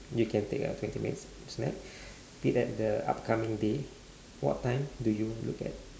you can take a fifteen minute sneak peek at the upcoming day what time do you look at